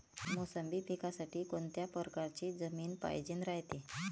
मोसंबी पिकासाठी कोनत्या परकारची जमीन पायजेन रायते?